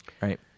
Right